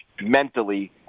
mentally